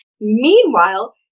Meanwhile